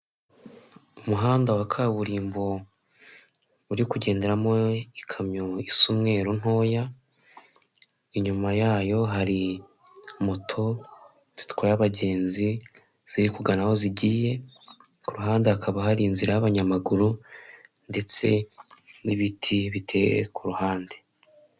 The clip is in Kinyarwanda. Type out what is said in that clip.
Umuhanda wa kaburimbo uri kugenderamo ikamyo isa umweru ntoya, inyuma yayo hari moto zitwaye abagenzi ziri kugana aho zigiye, ku ruhande hakaba hari inzira y'abanyamaguru ndetse n'ibiti biteye ku ruhande.